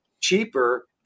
cheaper